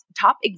top